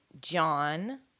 John